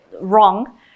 wrong